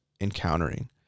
encountering